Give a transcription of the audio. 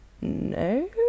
no